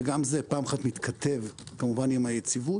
וגם זה פעם אחת מתכתב כמובן עם היציבות,